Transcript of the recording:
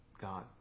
God